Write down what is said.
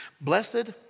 blessed